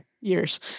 years